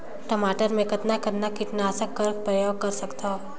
टमाटर म कतना कतना कीटनाशक कर प्रयोग मै कर सकथव?